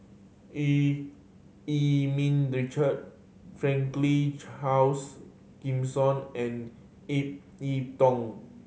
Eu Yee Ming Richard Franklin Charles Gimson and Ip Yiu Tung